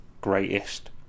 greatest